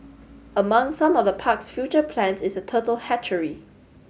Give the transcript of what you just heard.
among some of the park's future plans is a turtle hatchery